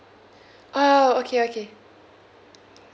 ah okay okay